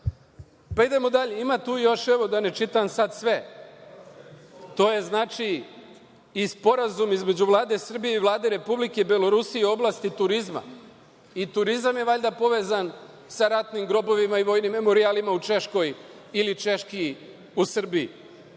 ne smeta vam. Ima tu još, da ne čitam sve. Na primer, Sporazum između Vlade Srbije i Vlade Republike Belorusije u oblasti turizma. I turizam je valjda povezan sa ratnim grobovima i vojnim memorijalima u Češkoj ili češki u Srbiji? Ovo